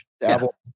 Dabble